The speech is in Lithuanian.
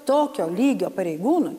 tokio lygio pareigūnui